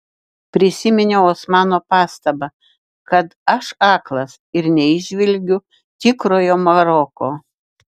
prisiminiau osmano pastabą kad aš aklas ir neįžvelgiu tikrojo maroko